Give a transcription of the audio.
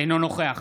אינו נוכח